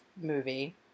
movie